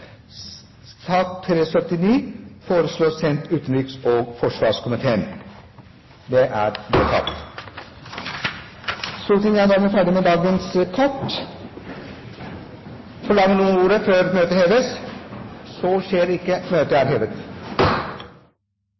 sak nr. 15 foreligger det ikke noe voteringstema. Dermed er dagens kart ferdigbehandlet. Forlanger noen ordet før møtet heves? – Møtet er hevet.